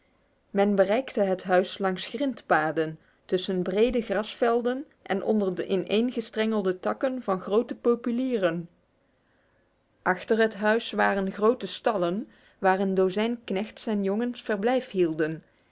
men bereikte het huis langs grintpaden tussen brede grasvelden en onder ineengestrengelde takken van grote populieren achter het huis waren grote stallen waar een dozijn knechts en jongens verblijf hielden